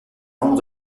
membre